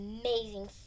amazing